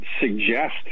suggest